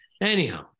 Anyhow